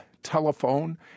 Telephone